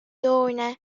toone